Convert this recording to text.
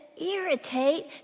irritate